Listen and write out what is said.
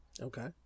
okay